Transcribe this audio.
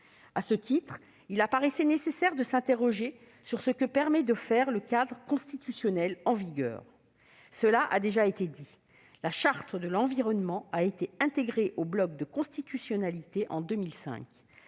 À ce titre, il paraissait nécessaire de s'interroger sur ce que permet de faire le cadre constitutionnel en vigueur. Comme cela a déjà été dit, la Charte de l'environnement a été intégrée au bloc de constitutionnalité en 2005.